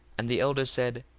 and the elders said,